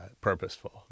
purposeful